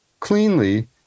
Cleanly